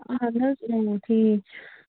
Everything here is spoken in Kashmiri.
اَہن حظ ٹھیٖک چھُ